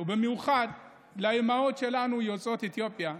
במיוחד לאימהות שלנו יוצאות אתיופיה,